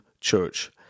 church